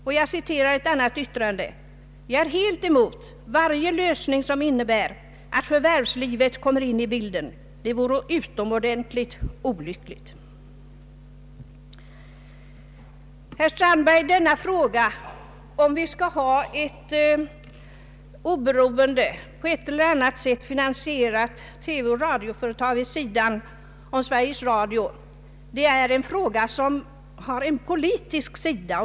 Jag vill citera också ett annat yttrande av honom: ”Jag är helt emot varje lösning som innebär att förvärvslivet kommer in i bilden — det vore utomordentligt olyckligt.” Frågan om vi skall ha ett oberoende, på ena eller andra sättet finansierat TV och radioföretag vid sidan av Sveriges Radio är, herr Strandberg, en politisk fråga.